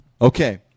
Okay